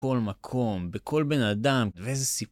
בכל מקום, בכל בן אדם, ואיזה סיפור.